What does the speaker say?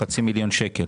חצי מיליון שקלים,